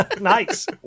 Nice